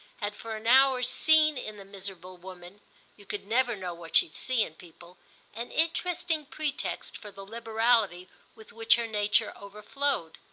had for an hour seen in the miserable woman you could never know what she'd see in people an interesting pretext for the liberality with which her nature overflowed.